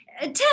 Tell